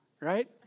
right